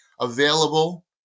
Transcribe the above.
available